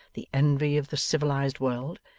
the envy of the civilised world,